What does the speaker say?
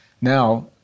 now